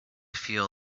feel